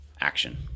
action